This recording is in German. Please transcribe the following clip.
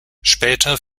später